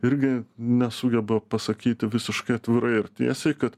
irgi nesugeba pasakyti visiškai atvirai ir tiesiai kad